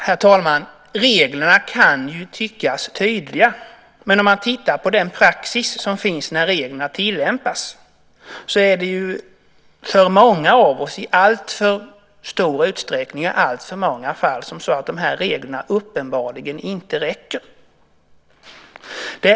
Herr talman! Reglerna kan ju tyckas tydliga, men om vi tittar på den praxis som finns när reglerna tillämpas är det för många av oss uppenbart att dessa regler i alltför många fall inte räcker.